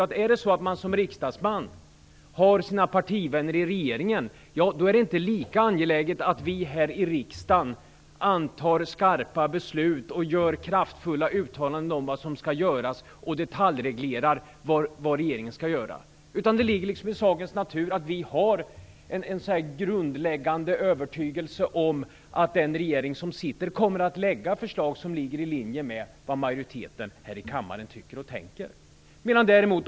Har man som riksdagsledamot sina partivänner i regeringen finner man det inte lika angeläget att vi här i riksdagen fattar skarpa beslut och gör kraftfulla uttalanden om och detaljreglerar vad regeringen skall göra. Det ligger i sakens natur att vi då har en grundläggande övertygelse om att regeringen kommer att lägga fram förslag som ligger i linje med vad majoriteten i kammaren tycker och tänker.